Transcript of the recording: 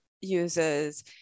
uses